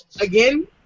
Again